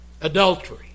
Adultery